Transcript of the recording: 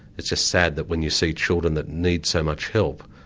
it's just sad that when you see children that need so much help,